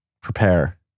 Prepare